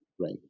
right